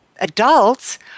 adults